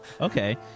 Okay